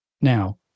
Now